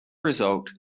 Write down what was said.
result